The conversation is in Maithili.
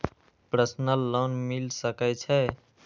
प्रसनल लोन मिल सके छे?